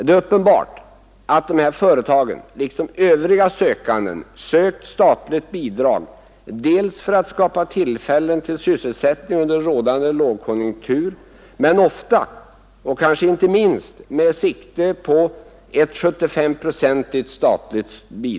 Det är uppenbart att dessa industrier, liksom övriga sökande, sökt statligt bidrag för att skapa tillfällen till sysselsättning under rådande lågkonjunktur, inte minst med tanke på att bidraget kan utgå med 75 procent.